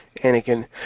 Anakin